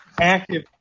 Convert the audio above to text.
active